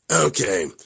Okay